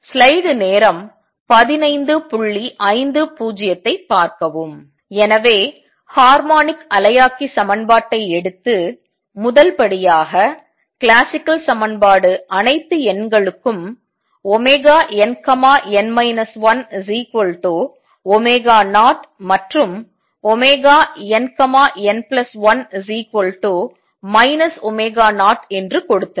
எனவே ஹார்மோனிக் அலையாக்கி சமன்பாட்டை எடுத்து முதல் படியாக கிளாசிக்கல் சமன்பாடு அனைத்து n களுக்கும் nn 10 மற்றும் nn1 0 என்று கொடுத்தது